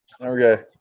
Okay